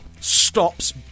stops